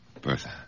Bertha